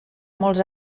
molts